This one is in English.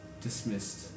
dismissed